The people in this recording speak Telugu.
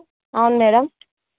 అవును మ్యాడమ్